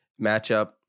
matchup